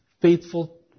faithful